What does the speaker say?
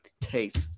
taste